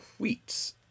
tweets